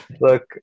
Look